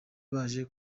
baje